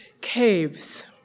caves